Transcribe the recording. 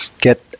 get